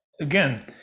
again